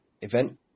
event